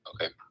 Okay